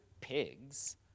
pigs